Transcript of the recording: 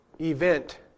event